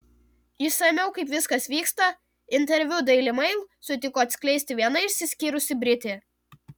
išsamiau kaip viskas vyksta interviu daily mail sutiko atskleisti viena išsiskyrusi britė